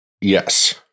Yes